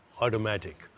automatic